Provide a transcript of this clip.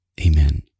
Amen